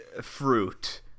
fruit